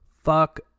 Fuck